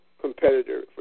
competitor